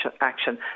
action